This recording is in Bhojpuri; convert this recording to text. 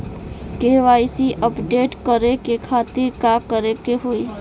के.वाइ.सी अपडेट करे के खातिर का करे के होई?